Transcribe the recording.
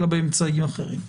אלא באמצעים אחרים.